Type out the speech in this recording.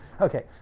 Okay